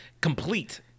complete